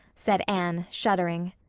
said anne, shuddering.